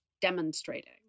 demonstrating